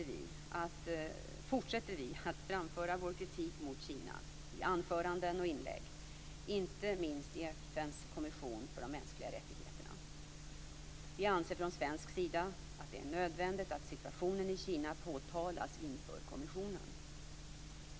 Självfallet fortsätter vi att framföra vår kritik mot Kina i anföranden och inlägg, inte minst i FN:s kommission för de mänskliga rättigheterna. Vi anser från svensk sida att det är nödvändigt att situationen i Kina påtalas inför kommissionen.